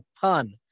pun